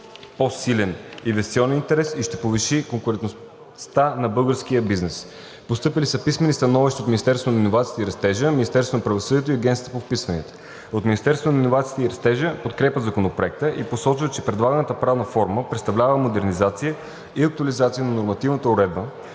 по-силен инвеститорски интерес и ще повиши конкурентността на българския бизнес. Постъпили са писмени становища от Министерството на иновациите и растежа, Министерството на правосъдието и Агенцията по вписванията. От Министерството на иновациите и растежа подкрепят Законопроекта и посочват, че предлаганата правна форма представлява модернизация и актуализация на нормативната уредба,